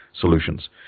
solutions